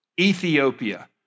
Ethiopia